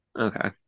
Okay